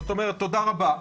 תודה רבה.